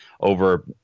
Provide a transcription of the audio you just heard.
over